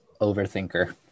overthinker